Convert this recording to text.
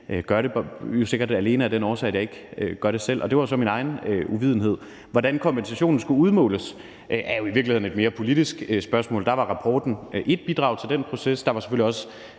og det er sikkert alene af den årsag, at jeg ikke selv gør det. Det var så min egen uvidenhed. Hvordan kompensationen skulle udmåles, er jo i virkeligheden et mere politisk spørgsmål. Rapporten var ét bidrag til den proces, og der var selvfølgelig også